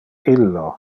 illo